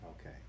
Okay